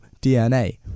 DNA